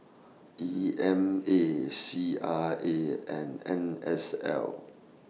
E M A C R A and N S L